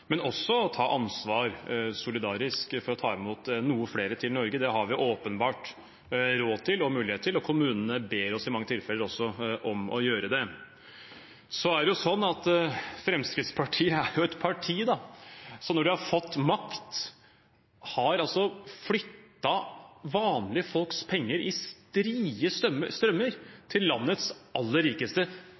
men også å ta ansvar solidarisk for å ta imot noen flere til Norge. Det har vi åpenbart råd og mulighet til, og kommunene ber oss i mange tilfeller også om å gjøre det. Så er det jo sånn at Fremskrittspartiet er et parti som når de har fått makt, altså har flyttet vanlige folks penger i strie strømmer til landets aller rikeste,